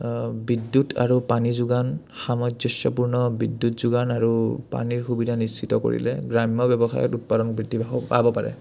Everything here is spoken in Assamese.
বিদ্যুৎ আৰু পানী যোগান সামঞ্জস্যপূৰ্ণ বিদ্যুৎ যোগান আৰু পানীৰ সুবিধা নিশ্চিত কৰিলে গ্ৰাম্য ব্যৱসায়ত উৎপাদন বৃদ্ধি পাব পাৰে